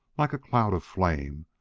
like a cloud of flame,